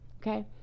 Okay